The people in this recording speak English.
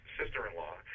sister-in-law